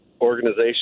organization